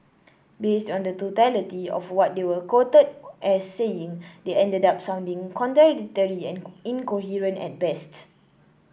based on the totality of what they were quoted as saying they ended up sounding contradictory and incoherent at best